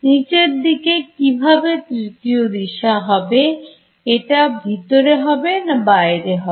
নিচের দিকে কিভাবে তৃতীয় দিশা হবে এটা ভিতরে হবে না বাইরে হবে